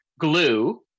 glue